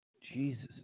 Jesus